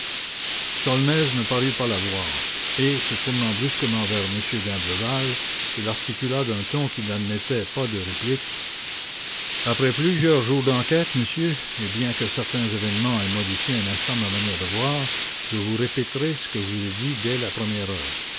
sholmès ne parut pas la voir et se tournant brusquement vers m d'imblevalle il articula d'un ton impérieux après plusieurs jours d'enquête monsieur et bien que certains événements aient modifié un instant ma manière de voir je vous répéterai ce que je vous ai dit dès la première heure